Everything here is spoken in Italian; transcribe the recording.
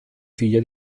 figlia